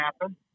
happen